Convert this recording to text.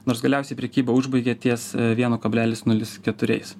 nors galiausiai prekybą užbaigė ties vienu kablelis nulis keturiais